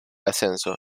ascenso